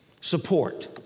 support